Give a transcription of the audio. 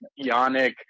Yannick